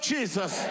Jesus